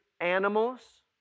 animals